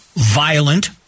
violent